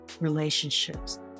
relationships